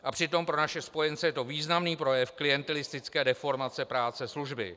A přitom pro naše spojence je to významný projev klientelistické deformace práce služby.